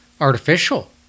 artificial